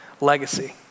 legacy